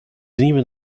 even